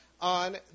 on